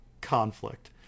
conflict